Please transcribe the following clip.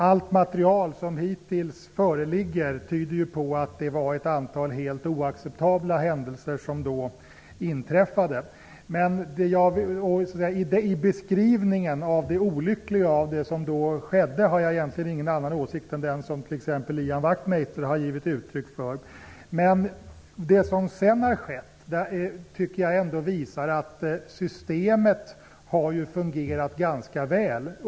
Allt material som hittills föreligger tyder på att ett antal helt oacceptabla händelser inträffade. I beskrivningen av det olyckliga som då skedde har jag egentligen ingen annan åsikt än den som t.ex. Ian Wachtmeister har givit uttryck för. Det som sedan har skett tycker jag ändå visar att systemet har fungerat ganska väl.